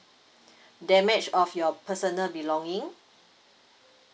damage of your personal belonging